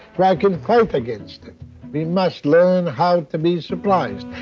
why i can hope against it. we must learn how to be surprised,